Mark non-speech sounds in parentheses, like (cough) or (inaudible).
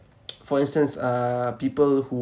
(noise) for instance uh people who